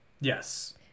Yes